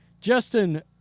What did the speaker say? Justin